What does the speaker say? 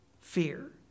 fear